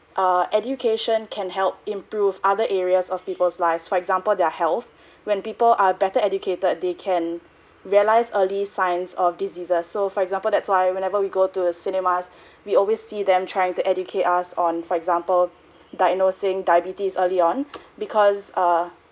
err education can help improve other areas of people's lives for example their health when people are better educated they can realise early signs of diseases so for example that's why whenever we go to a cinemas we always see them trying to educate us on for example diagnosing diabetes early on because err